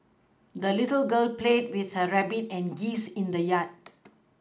the little girl played with her rabbit and geese in the yard